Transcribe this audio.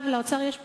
לאוצר יש פטנט: